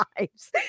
lives